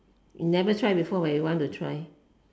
never try before but you want to try